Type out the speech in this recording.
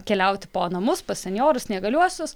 keliauti po namus pas senjorus neįgaliuosius